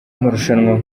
amarushanwa